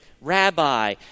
rabbi